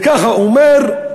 וככה הוא אומר,